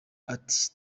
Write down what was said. ati